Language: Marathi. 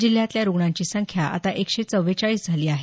जिल्हयातल्या रुग्णांची संख्या आता एकशे चव्वेचाळीस झाली आहे